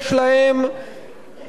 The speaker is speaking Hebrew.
מיסוי על העשירים,